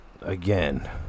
again